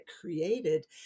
created